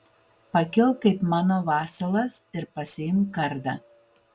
pakilk kaip mano vasalas ir pasiimk kardą